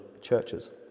churches